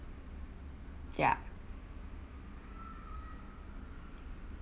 ya